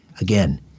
again